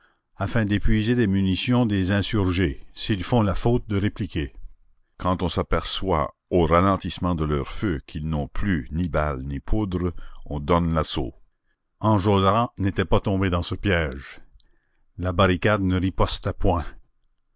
afin d'épuiser les munitions des insurgés s'ils font la faute de répliquer quand on s'aperçoit au ralentissement de leur feu qu'ils n'ont plus ni balles ni poudre on donne l'assaut enjolras n'était pas tombé dans ce piège la barricade ne ripostait point